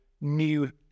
new